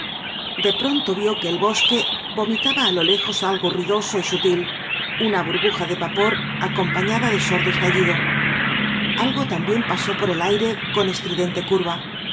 de pronto vio que el bosque vomitaba á lo lejos algo ruidoso y sutil una burbuja de vapor acompañada de sordo estallido algo también pasó por el aire con estridente curva